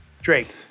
Drake